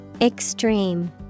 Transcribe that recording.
Extreme